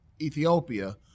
Ethiopia